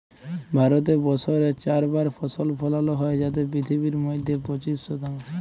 ভারতে বসরে চার বার ফসল ফলালো হ্যয় যাতে পিথিবীর মইধ্যে পঁচিশ শতাংশ